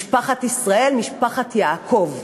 משפחת ישראל, משפחת יעקב.